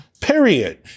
Period